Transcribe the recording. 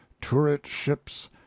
turret-ships